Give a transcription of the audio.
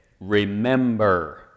Remember